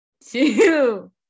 two